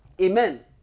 Amen